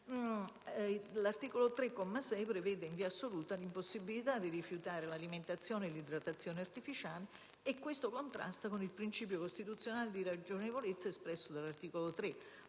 L'articolo 3, comma 6, prevede in via assoluta l'impossibilità di rifiutare l'alimentazione e l'idratazione artificiali e tale disposizione contrasta con il principio costituzionale di ragionevolezza espresso dall'articolo 3;